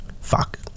Fuck